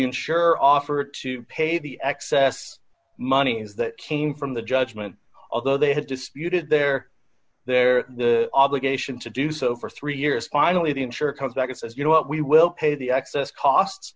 insurer offer to pay the excess money that came from the judgment although they have disputed their their obligation to do so for three years finally the insurer comes back and says you know what we will pay the excess costs